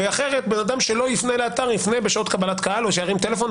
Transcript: ואחרת אדם שלא יפנה לאתר יפנה בשעות קבלת קהל או שירים טלפון,